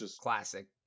Classic